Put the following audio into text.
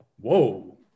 Whoa